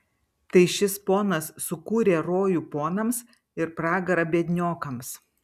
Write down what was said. tai šis ponas sukūrė rojų ponams ir pragarą biedniokams